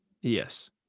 Yes